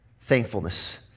thankfulness